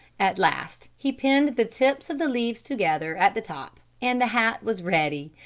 at last he pinned the tips of the leaves together at the top and the hat was ready.